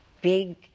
big